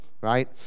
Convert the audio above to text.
Right